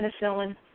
penicillin